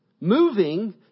Moving